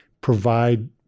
provide